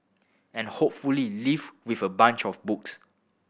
and hopefully leave with a bunch of books